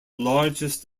largest